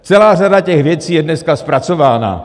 Celá řada těch věcí je dneska zpracována.